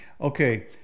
Okay